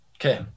Okay